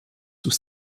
sous